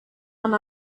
man